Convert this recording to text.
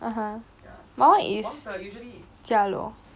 mine is jialuo